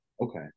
Okay